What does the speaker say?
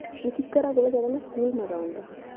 मिगै घरै ज्यादा ना स्कूल मता औंदा हा